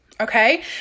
okay